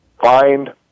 Find